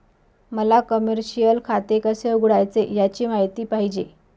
मला कमर्शिअल खाते कसे उघडायचे याची माहिती पाहिजे